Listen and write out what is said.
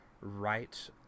right